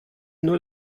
nur